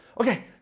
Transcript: Okay